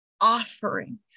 offering